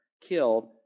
killed